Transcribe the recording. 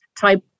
type